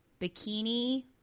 bikini